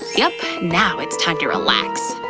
yep, now it's time to relax.